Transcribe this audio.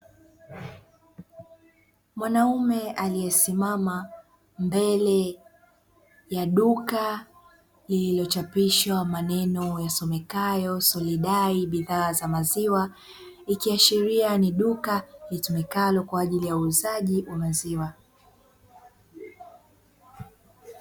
Mwanaume aliesimama mbele ya duka lilichapisha maneno yasomekayo solidai bidhaa za maziwa ikiashiria ni duka litumikalo kwa ajili ya uuzaji wa bidhaa za maziwa.